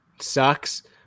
Sucks